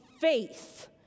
faith